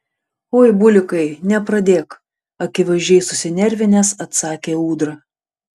oi bulikai nepradėk akivaizdžiai susinervinęs atsakė ūdra